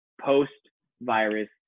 post-virus